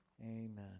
Amen